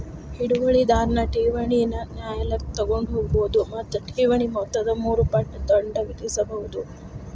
ಹಿಡುವಳಿದಾರನ್ ಠೇವಣಿನ ನ್ಯಾಯಾಲಯಕ್ಕ ತಗೊಂಡ್ ಹೋಗ್ಬೋದು ಮತ್ತ ಠೇವಣಿ ಮೊತ್ತದ ಮೂರು ಪಟ್ ದಂಡ ವಿಧಿಸ್ಬಹುದು